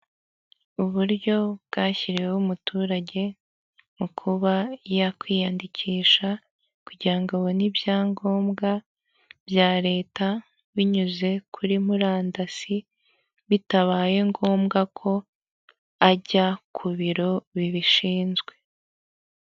Uburyo bwashyiriweho umuturage mu kuba yakwiyandikisha kugirango abone ibyangombwa bya leta binyuze kuri murandasi bitabaye ngombwa ko ajya ku biro bibishinzwe.